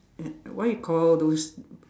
uh what you call those